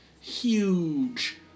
huge